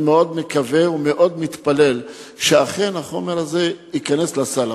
אני מאוד מקווה ומאוד מתפלל שאכן החומר הזה ייכנס לסל,